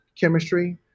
chemistry